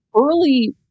Early